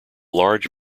large